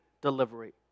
delivery